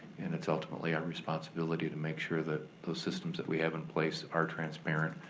and it's ultimately our responsibility to make sure that those systems that we have in place are transparent